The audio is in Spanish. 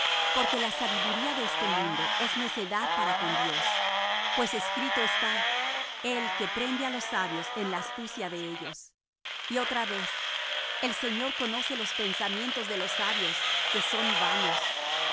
porque la sabiduría de esta mundo es necedad para con dios pues escrito está el que prende á los sabios en la astucia de ellos y otra vez el señor conoce los pensamientos de los sabios que son vanos